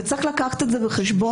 וצריך להביא את זה בחשבון.